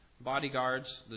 bodyguards